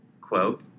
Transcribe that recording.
Quote